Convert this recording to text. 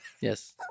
Yes